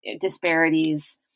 disparities